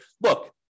look